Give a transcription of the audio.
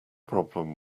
problem